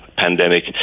pandemic